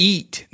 Eat